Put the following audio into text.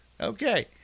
Okay